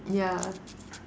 ya